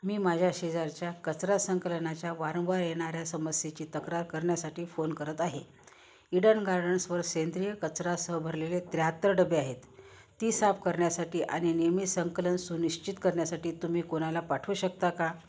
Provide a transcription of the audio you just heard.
मी माझ्या शेजारच्या कचरा संकलनाच्या वारंवार येणाऱ्या समस्येची तक्रार करण्यासाठी फोन करत आहे इडन गार्डन्सवर सेंद्रिय कचरा सह भरलेले त्र्याहत्तर डबे आहेत ती साफ करण्यासाठी आणि नियमित संकलन सुनिश्चित करण्यासाठी तुम्ही कोणाला पाठवू शकता का